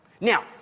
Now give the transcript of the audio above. Now